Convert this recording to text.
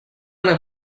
anar